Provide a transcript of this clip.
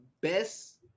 best